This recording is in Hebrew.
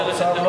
אוֹ...